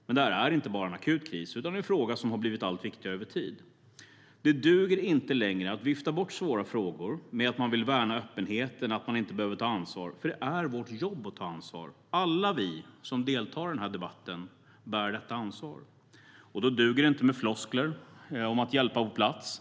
Men det här är inte bara en akut kris utan en fråga som har blivit allt viktigare med tiden. Det duger inte längre att vifta bort svåra frågor med att man vill värna öppenheten och att man inte behöver ta ansvar, för det är vårt jobb att ta ansvar. Alla vi som deltar i den här debatten bär detta ansvar. Då duger det inte med floskler om att hjälpa på plats.